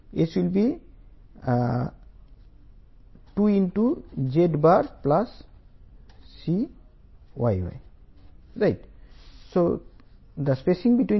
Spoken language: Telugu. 5 mm Izz Iyy 104